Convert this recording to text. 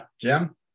Jim